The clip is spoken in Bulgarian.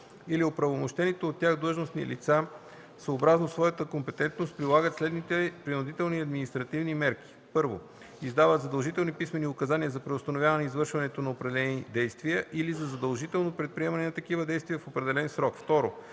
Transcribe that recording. или оправомощените от тях длъжностни лица съобразно своята компетентност прилагат следните принудителни административни мерки: 1. издават задължителни писмени указания за преустановяване извършването на определени действия или за задължително предприемане на такива действия в определен срок; 2.